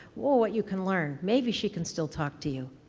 what you can learn. maybe she can still talk to you,